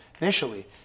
initially